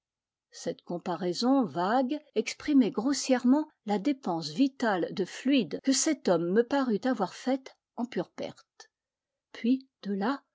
cette comparaison vague exprimait grossièrement la dépense vitale de fluide que cet homme me parut avoir faite en pure perte puis de là